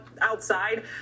outside